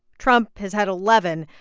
trump has had eleven.